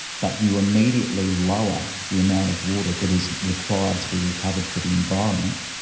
but you immediately lower the amount of water that is required to be recovered for the environment,